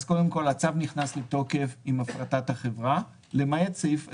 הצו נכנס לתוקף עם הפרטת החברה, למעט סעיף אחד,